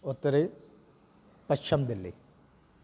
उत्तरी पश्चिम दिल्ली